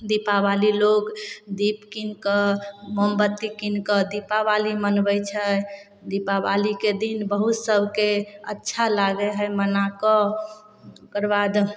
दीपावली लोग दीप कीनकऽ मोमबत्ती कीनकऽ दीपावली मनबय छै दीपावलीके दिन बहुत सबके अच्छा लागय हइ मनाकऽ ओकर बाद